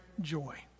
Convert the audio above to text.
joy